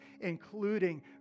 including